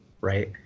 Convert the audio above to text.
right